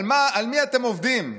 על מי אתם עובדים?